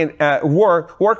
work